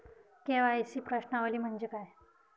KYC प्रश्नावली म्हणजे काय?